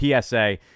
PSA